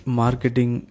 marketing